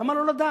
למה לא לדעת?